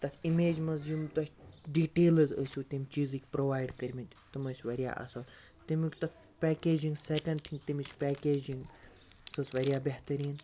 تتھ اِمیجہِ مَنٛز یِم تۄہہِ ڈِٹیلز ٲسوٕ تۄہہِ تَمہِ چیٖزٕکۍ پرٛووایڈ کٔرمٕتۍ تِم ٲسۍ واریاہ اَصٕل تیٚمِکۍ تتھ پیٚکیجِنٛگ سیٚکَنٛڈ تھِنٛگ تیٚمِچ پیٚکیجِنٛگ سۄ ٲسۍ واریاہ بہتریٖن